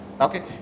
okay